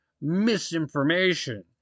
misinformation